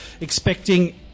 expecting